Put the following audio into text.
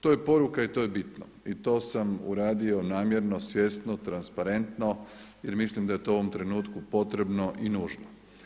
To je poruka i to je bitno i to sam uradio namjerno, svjesno, transparentno jer mislim da je to u ovom trenutku potrebno i nužno.